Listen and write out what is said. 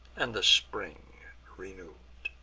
and spring renew'd.